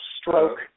stroke